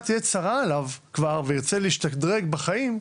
תהיה צרה עליו כבר וכשהוא ירצה להשתדרג בחיים,